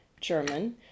German